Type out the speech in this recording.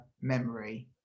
memory